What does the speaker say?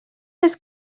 his